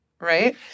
right